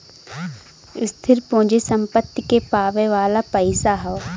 स्थिर पूँजी सम्पत्ति के पावे वाला पइसा हौ